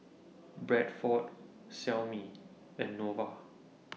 Bradford Xiaomi and Nova